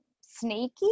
sneaky